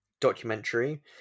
documentary